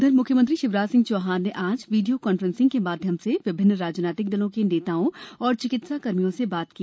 म्ख्यमंत्री शिवराज सिंह चौहान ने आज वीडियो कॉन्फ्रेंसिंग के माध्यम से विभिन्न राजनीतिक दलों के नेताओं और चिकित्सा कर्मियों से बात की